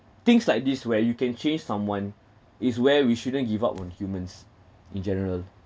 things like this where you can change someone is where we shouldn't give up on humans in general